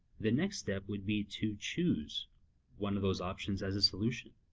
the next step would be to choose one of those options as a solution.